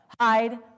Hide